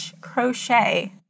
crochet